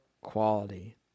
quality